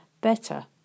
better